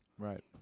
Right